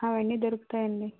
అవన్నీ దొరుకుతాయి అండి